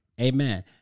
Amen